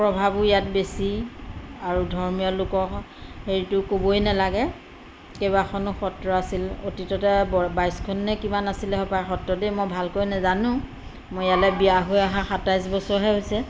প্ৰভাৱো ইয়াত বেছি আৰু ধৰ্মীয় লোকৰ হেৰিটো ক'বই নেলাগে কেইবাখনো সত্ৰ আছিল অতীততে ব বাইছখনে কিমান আছিলে হপায় সত্ৰ দেই মই ভালকৈ নাজানো মই ইয়ালৈ বিয়া হৈ অহা সাতাইছ বছৰহে হৈছে